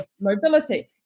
mobility